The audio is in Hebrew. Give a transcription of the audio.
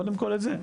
קודם כל את זה,